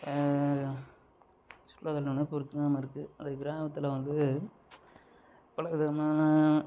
அது கிராமத்தில் வந்து பலவிதமான